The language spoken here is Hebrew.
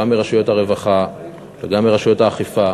גם מרשויות הרווחה וגם מרשויות האכיפה,